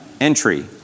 entry